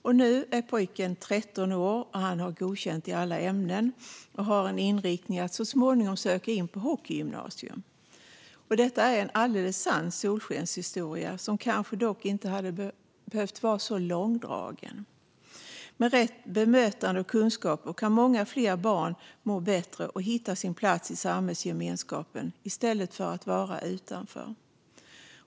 Pojken är nu 13 år, har godkänt i alla ämnen och har en inriktning att så småningom söka in på hockeygymnasium. Detta är en alldeles sann solskenshistoria, som dock kanske inte hade behövt vara så långdragen. Med rätt bemötande och kunskaper kan många fler barn må bättre och hitta sin plats i samhällsgemenskapen i stället för att vara utanför.